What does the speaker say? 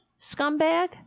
scumbag